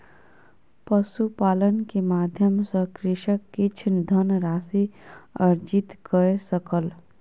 पशुपालन के माध्यम सॅ कृषक किछ धनराशि अर्जित कय सकल